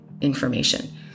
information